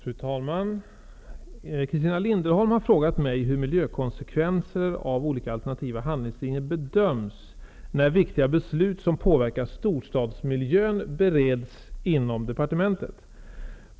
Fru talman! Christina Linderholm har frågat mig hur miljökonsekvenser av olika alternativa handlingslinjer bedöms när viktiga beslut som påverkar storstadsmiljön bereds inom departementet.